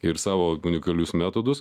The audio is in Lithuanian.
ir savo unikalius metodus